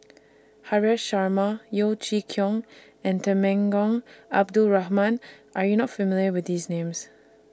Haresh Sharma Yeo Chee Kiong and Temenggong Abdul Rahman Are YOU not familiar with These Names